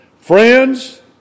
friends